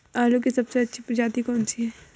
आलू की सबसे अच्छी प्रजाति कौन सी है?